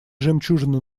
жемчужины